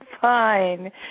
fine